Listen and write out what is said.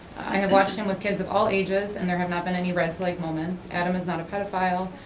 i have watched him with kids of all ages and there have not been any red-flag moments. adam is not a pedophile.